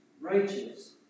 righteous